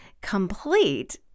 complete